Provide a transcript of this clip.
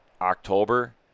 October